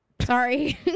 sorry